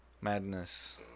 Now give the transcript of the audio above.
madness